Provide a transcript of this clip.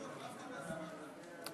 לא.